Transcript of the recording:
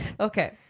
Okay